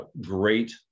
great